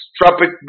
tropic